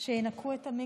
תודה רבה,